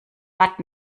but